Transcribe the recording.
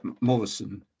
morrison